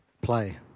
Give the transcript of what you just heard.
play